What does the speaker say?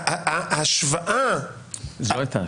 ההשוואה,